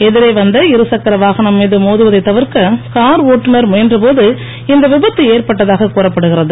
எதிரே வந்த இருசக்கர வாகனம் மீது மோதுவதைத் தவிர்க்க கார் ஓட்டுனர் முயன்ற போது இந்த விபத்து ஏற்பட்டதாகக் கூறப்படுகிறது